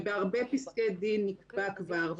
ובהרבה פסקי דין נקבע כבר,